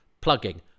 plugging